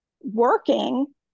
working